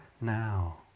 now